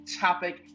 topic